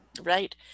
Right